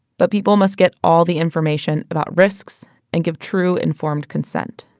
but people must get all the information about risks and give true, informed consent